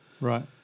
Right